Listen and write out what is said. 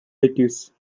lettuce